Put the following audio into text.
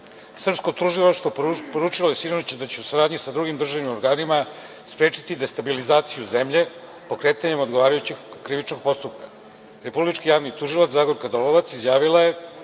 Srpsko tužilaštvo je poručilo sinoć da će u saradnji sa drugim državnim organima sprečiti destabilizaciju zemlje, pokretanjem odgovarajućeg krivičnog postupka. Republički javni tužilac, Zagorka Dolovac, izjavila je